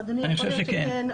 יכול להיות שכן.